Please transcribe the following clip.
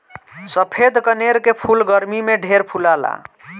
सफ़ेद कनेर के फूल गरमी में ढेर फुलाला